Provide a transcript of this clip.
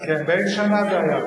הרופא, באיזה שנה זה היה?